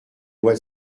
lois